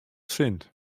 sint